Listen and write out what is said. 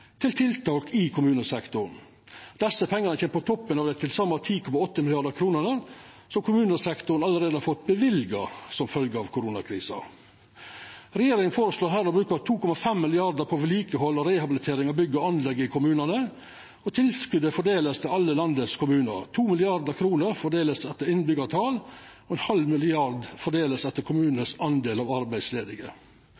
til tiltak i kommunesektoren. Desse pengane kjem på toppen av dei til saman 10,8 mrd. kr kommunesektoren allereie har fått løyva som følgje av koronakrisa. Regjeringa føreslår her å bruka 2,5 mrd. kr på vedlikehald og rehabilitering av bygg og anlegg i kommunane, og tilskotet vert fordelt til alle kommunane i landet. 2 mrd. kr vert fordelte etter innbyggjartal, og 0,5 mrd. kr vert fordelte etter